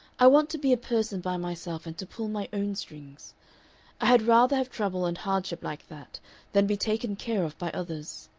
i want to be a person by myself, and to pull my own strings. i had rather have trouble and hardship like that than be taken care of by others.